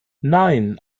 nein